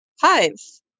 hives